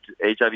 HIV